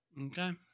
okay